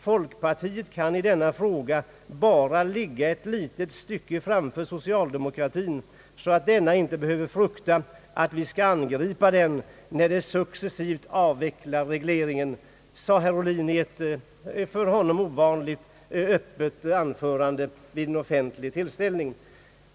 Folkpartiet kan i denna fråga bara ligga ett litet stycke framför socialdemokratin så att denna inte behöver frukta att vi skall angripa dem när de successivt avvecklar regleringen.» Så sade herr Ohlin i ett för honom ovanligt öppet anförande vid en offentlig tillställning.